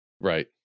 Right